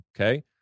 okay